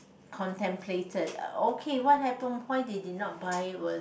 contemplated okay what happened why they did not buy was